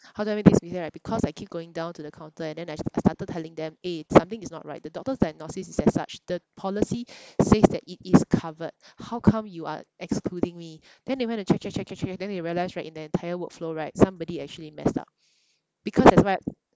how do I know this right because I keep going down to the counter and then I started telling them eh something is not right the doctor's diagnosis is as such the policy says that it is covered how come you are excluding me then they went to check check check check then they realised right in the entire workflow right somebody actually messed up because there's web~